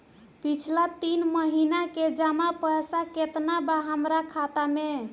पिछला तीन महीना के जमा पैसा केतना बा हमरा खाता मे?